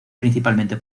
principalmente